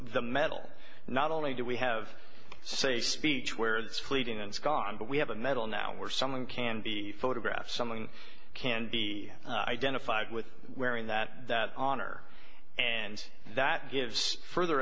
the metal not only do we have safe speech where it's fleeting and scott but we have a medal now where someone can be photographed someone can be identified with wearing that honor and that gives further